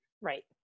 Right